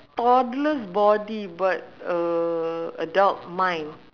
toddlers body but uh adult mind